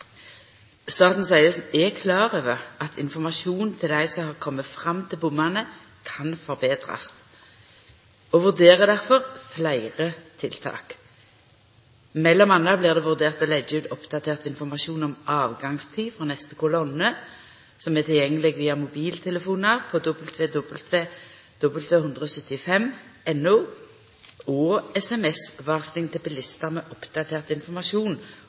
er klar over at informasjonen til dei som har kome fram til bommane, kan forbetrast, og vurderer difor fleire tiltak. Mellom anna blir det vurdert å leggja ut oppdatert informasjon om avgangstid for neste kolonne, som er tilgjengeleg via mobiltelefonar på 175.no, og sms-varsling til bilistar med oppdatert informasjon om avgangstider for kolonnar basert på eit system med